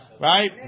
Right